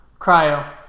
cryo